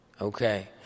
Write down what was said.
okay